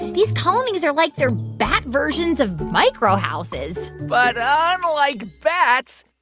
these colonies are, like, their bat versions of microhouses but unlike bats,